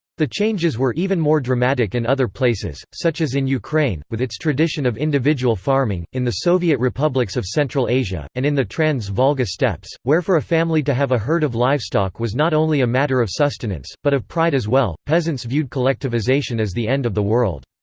the changes were even more dramatic in and other places, such as in ukraine, with its tradition of individual farming, in the soviet republics of central asia, and in the trans-volga steppes, where for a family to have a herd of livestock was not only a matter of sustenance, but of pride as well peasants viewed collectivization as the end of the world.